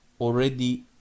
already